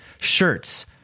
shirts